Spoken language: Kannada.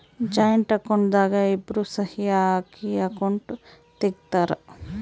ಜಾಯಿಂಟ್ ಅಕೌಂಟ್ ದಾಗ ಇಬ್ರು ಸಹಿ ಹಾಕಿ ಅಕೌಂಟ್ ತೆಗ್ದಿರ್ತರ್